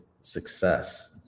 success